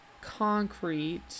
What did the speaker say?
concrete